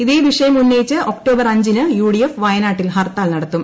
ഇതേ വിഷയം ഉന്നയിച്ച് ഒക്ടോബർ അഞ്ചിന് യു ഡി എഫ് വയനാട്ടിൽ ഹർത്താൽ നടത്തും